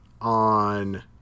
on